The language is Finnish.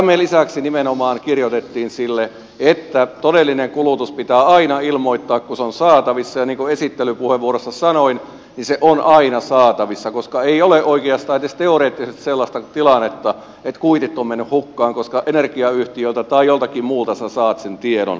me lisäksi nimenomaan kirjoitimme että todellinen kulutus pitää aina ilmoittaa kun se on saatavissa ja niin kuin esittelypuheenvuorossa sanoin se on aina saatavissa koska ei ole oikeastaan edes teoreettisesti sellaista tilannetta että kuitit ovat menneet hukkaan koska energiayhtiöltä tai joltakin muulta sinä saat sen tiedon